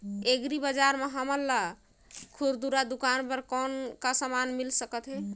Agri बजार म हमन ला खुरदुरा दुकान बर कौन का समान मिल सकत हे?